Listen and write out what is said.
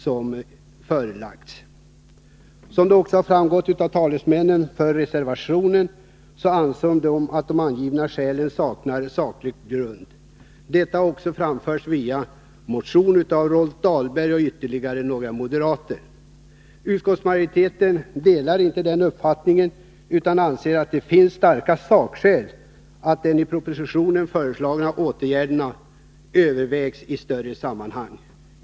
Som har framgått av vad reservationens talesmän sagt anser de att de angivna skälen saknar saklig grund. Detta har också framförts i en motion av Rolf Dahlberg och ytterligare några moderater. Utskottsmajoriteten delar inte den uppfattningen utan anser att det finns starka sakskäl som talar för att de i propositionen föreslagna åtgärderna övervägs i ett större sammanhang.